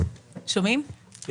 המסים.